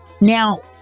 Now